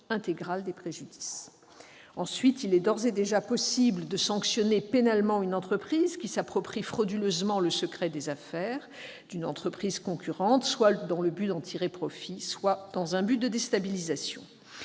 part, il est d'ores et déjà possible de sanctionner pénalement une entreprise qui s'approprie frauduleusement le secret des affaires d'une entreprise concurrente, soit dans le but d'en tirer profit, soit dans un but de déstabilisation.